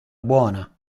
buona